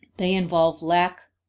they involve lack,